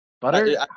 butter